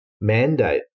mandate